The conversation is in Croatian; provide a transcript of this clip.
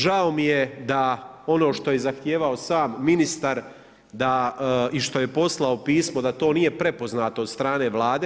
Žao mi je da ono što je zahtijevao sam ministar da i što je posao pismo da to nije prepoznato od strane Vlade.